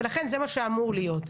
ולכן זה מה שאמור להיות.